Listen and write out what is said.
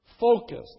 focused